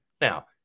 Now